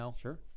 Sure